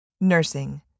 Nursing